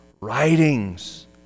writings